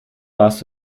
warst